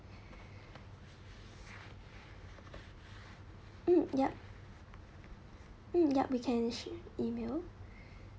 mm yup mm yup we can actually email